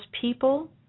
people